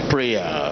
Prayer